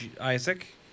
Isaac